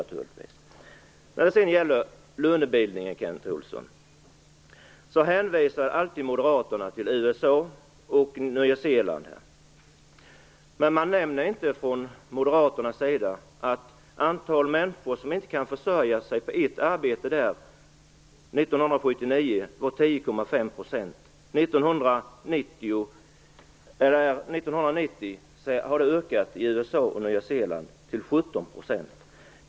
Vad gäller lönebildningen hänvisar alltid Moderaterna till USA och Nya Zeeland, men man nämner inte att år 1979 kunde 10,5 % av människorna där inte försörja sig på ett arbete och att den siffran 1990 har ökat till 17 %.